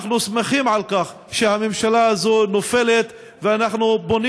אנחנו שמחים על כך שהממשלה הזו נופלת ואנחנו פונים